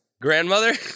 grandmother